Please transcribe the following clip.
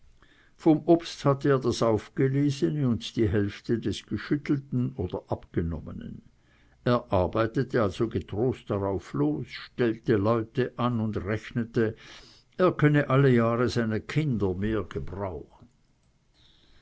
vom obst hatte er das aufgelesene und die hälfte des geschüttelten oder abgenommenen er arbeitete also getrost darauf los stellte leute an und rechnete er könne alle jahre seine kinder mehr gebrauchen